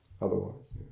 otherwise